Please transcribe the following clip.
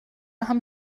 haben